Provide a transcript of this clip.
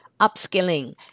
upskilling